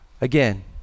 again